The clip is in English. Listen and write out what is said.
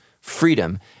freedom